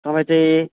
तपाईँ चाहिँ